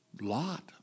Lot